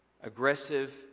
Aggressive